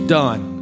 done